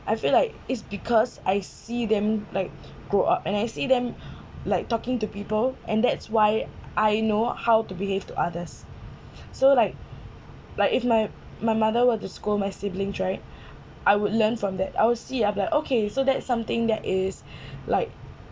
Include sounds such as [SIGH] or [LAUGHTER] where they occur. I feel like is because I see them like grow up and I see them [BREATH] like talking to people and that's why I know how to behave to others [BREATH] so like like if my my mother were to scold my siblings right [BREATH] I would learn from that I will see I'm like okay so that is something that is [BREATH] like